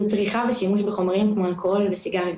צריכה ושימוש בחומרים כמו אלכוהול וסיגריות,